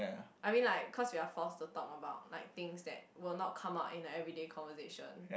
I mean like cause we are forced to talk about like things that will not come out in the every day conversation